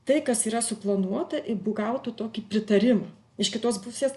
tai kas yra suplanuota gautų tokį pritarimą iš kitos pusės